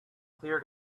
clear